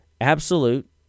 absolute